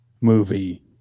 movie